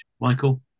Michael